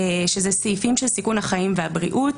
אלה סעיפים של סיכון החיים והבריאות.